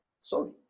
sorry